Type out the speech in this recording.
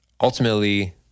ultimately